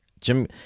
Jim